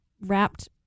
wrapped